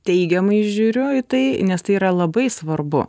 teigiamai žiūriu į tai nes tai yra labai svarbu